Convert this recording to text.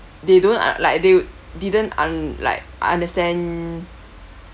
they don't u~ like they didn't un~ like understand